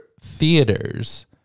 theaters